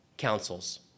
councils